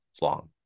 long